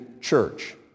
Church